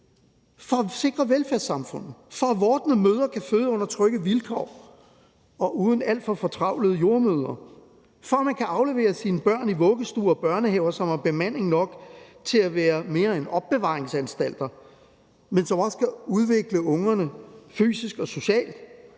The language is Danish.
for at sikre velfærdssamfundet, for at vordende mødre kan føde under trygge vilkår og uden alt for fortravlede jordemødre, for at man kan aflevere sine børn i vuggestuer og børnehaver, som har bemanding nok til at være mere end opbevaringsanstalter, men som også kan udvikle ungerne fysisk og socialt,